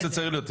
חד משמעית,